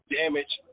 damage